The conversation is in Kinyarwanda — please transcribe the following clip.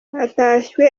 hatashywe